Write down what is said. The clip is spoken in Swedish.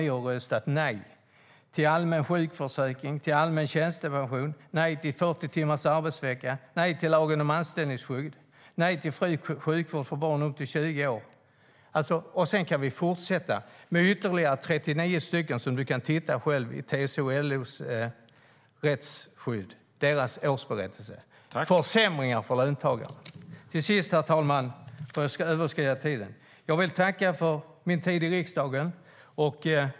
Ni har röstat nej till allmän sjukförsäkring, allmän tjänstepension, 40 timmars arbetsvecka, lagen om anställningsskydd och nej till gratis sjukvård för barn upp till 20 år. Så kan vi fortsätta. Det finns ytterligare 39 som du själv kan titta på i årsberättelsen från TCO-LO Rättskydd AB. Det är försämringar för löntagarna. Till sist vill jag tacka för min tid i riksdagen.